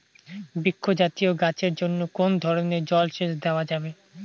বৃক্ষ জাতীয় গাছের জন্য কোন ধরণের জল সেচ দেওয়া যাবে?